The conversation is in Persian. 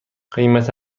قیمت